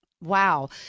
Wow